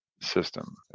system